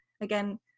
again